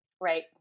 right